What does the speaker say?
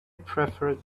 preferred